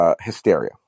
hysteria